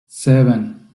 seven